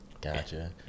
Gotcha